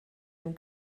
dem